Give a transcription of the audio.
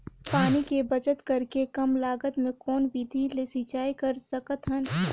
पानी के बचत करेके कम लागत मे कौन विधि ले सिंचाई कर सकत हन?